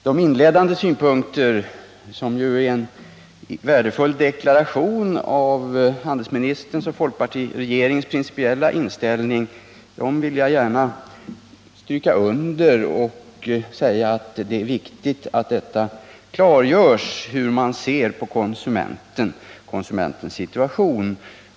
De inledande synpunkterna av handelsministern, som ju är en värdefull deklaration av hans och folkpartiregeringens principiella inställning, vill jag gärna stryka under. Det är viktigt att det klargörs hur man ser på konsumenten och konsumentens situation.